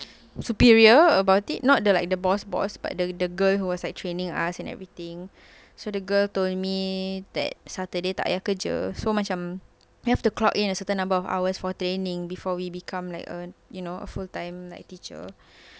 superior about it not the like the boss boss but the the girl who was like training us and everything so the girl told me that saturday tak payah so macam you have to clock in a certain number of hours for training before we become like a you know a full time like teacher